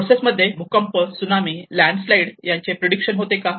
process मध्ये भूकंप सुनामी लँड स्लाईड यांचे प्रिडक्शन होते का